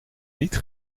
niet